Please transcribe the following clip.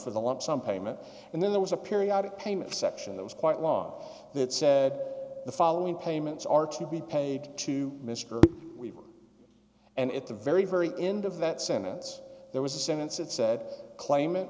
for the lump sum payment and then there was a periodic payment section that was quite law that says that the following payments are to be paid to mister and at the very very end of that sentence there was a sentence that said claima